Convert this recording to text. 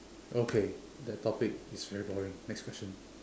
okay that topic is very boring next question